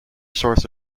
source